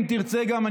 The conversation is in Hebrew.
אם תרצה גם,